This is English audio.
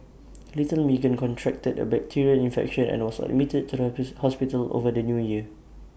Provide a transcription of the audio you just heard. little Meagan contracted A bacterial infection here and or was admitted to the hospital over the New Year